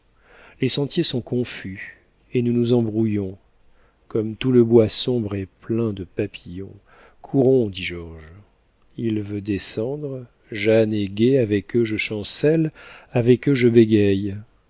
les sentiers sont confus et nous nous embrouillons comme tout le bois sombre est plein de papillons courons dit georges il veut descendre jeanne est gaie avec eux je chancelle avec eux je bégaie